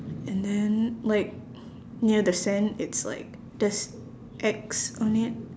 and then like near the sand it's like there's X on it